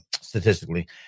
statistically